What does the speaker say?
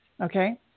okay